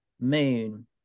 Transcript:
Moon